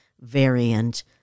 variant